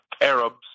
Arabs